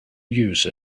use